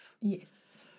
Yes